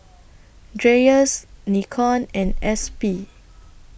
Dreyers Nikon and S B